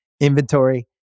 inventory